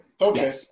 Okay